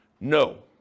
No